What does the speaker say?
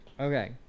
Okay